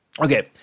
Okay